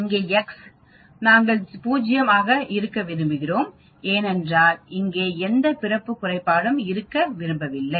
இங்கே x நாங்கள் 0 ஆக இருக்க விரும்புகிறோம் ஏனென்றால் இங்கே எந்த பிறப்பு குறைபாடும் இருக்க விரும்பவில்லை